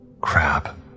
Crap